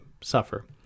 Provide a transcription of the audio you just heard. suffer